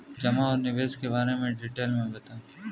जमा और निवेश के बारे में डिटेल से बताएँ?